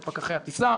את פקחי הטיסה.